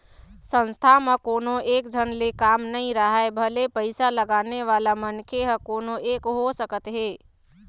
संस्था म कोनो एकझन ले काम नइ राहय भले पइसा लगाने वाला मनखे ह कोनो एक हो सकत हे